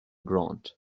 grant